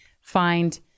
find